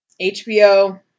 HBO